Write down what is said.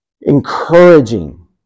encouraging